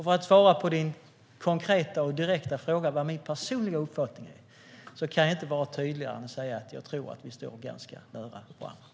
För att svara på din konkreta och direkta fråga om vad min personliga uppfattning är kan jag inte vara tydligare än att säga än att jag tror att vi står ganska nära varandra.